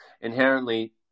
inherently